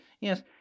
yes